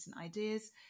ideas